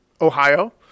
Ohio